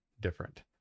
different